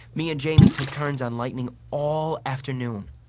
me and jamie took turns on lightning all afternoon.